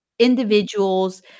individuals